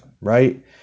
right